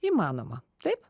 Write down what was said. įmanoma taip